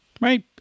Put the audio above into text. Right